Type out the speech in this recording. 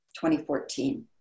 2014